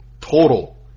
total